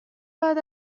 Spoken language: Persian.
بعد